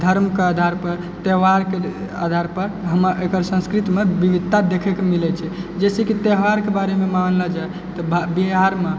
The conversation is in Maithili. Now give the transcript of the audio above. धर्मके आधारपर त्योहारके आधारपर हम एकर संस्कृतिमे विविधता देखैके मिलै छै जइसेकि त्योहारके बारेमे मानलऽ जाइ तऽ बिहारमे